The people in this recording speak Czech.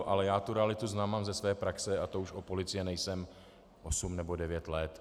Ale já tu realitu znám ze své praxe, a to už u policie nejsem osm nebo devět let.